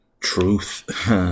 truth